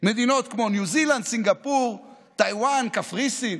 מדינות כמו ניו זילנד, סינגפור, טאיוואן, קפריסין.